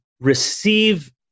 receive